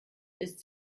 ist